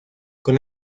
con